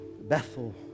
Bethel